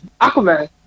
Aquaman